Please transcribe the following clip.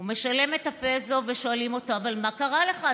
הוא משלם את הפסו ושואלים אותו: 'אבל מה קרה לך?